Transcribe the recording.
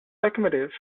locomotive